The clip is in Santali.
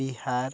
ᱵᱤᱦᱟᱨ